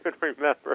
remember